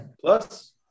plus